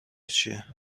چیه